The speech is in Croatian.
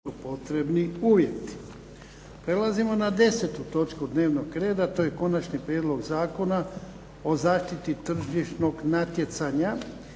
Ivan (HDZ)** Prelazimo na 10. točku dnevnog reda. To je - Prijedlog zakona o zaštiti tržišnog natjecanja,